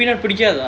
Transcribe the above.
oh peanut